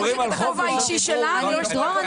הכובע האישי שלה ו --- אנחנו מדברים על חוק --- דרור,